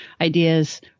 ideas